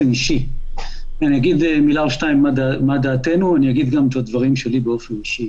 אגיד גם את הדברים שלי באופן אישי